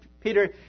Peter